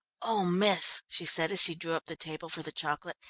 oh, miss, she said, as she drew up the table for the chocolate,